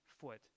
foot